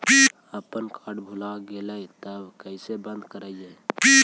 अपन कार्ड भुला गेलय तब कैसे बन्द कराइब?